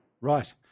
Right